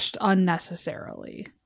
unnecessarily